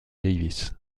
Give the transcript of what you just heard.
davis